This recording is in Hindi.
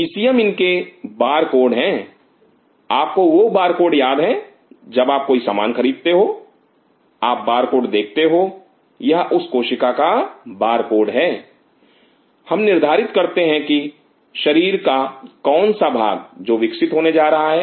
इसीएम इनके बारकोड हैं आपको वह बारकोड याद हैं जब आप कोई सामान खरीदते हो आप बारकोड देखते हो यह उस कोशिका का बारकोड है हम निर्धारित करते हैं कि शरीर का कौन सा भाग जो विकसित होने जा रहा है